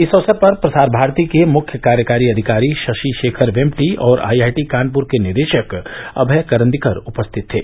इस अवसर पर प्रसार भारती के मुख्य कार्यकारी अधिकारी शशि शेखर वेम्पटी और आई आई टी कानपुर के निदेशक अभय करंदीकर उपस्थित थे